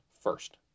first